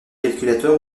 calculateur